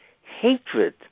hatred